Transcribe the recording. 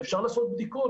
אפשר לעשות בדיקות,